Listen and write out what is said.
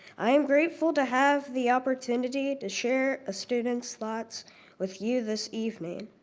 i am grateful to have the opportunity to share a student's thoughts with you this evening.